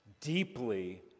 deeply